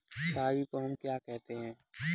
रागी को हम क्या कहते हैं?